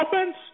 offense